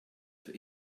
für